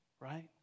right